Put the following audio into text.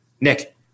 Nick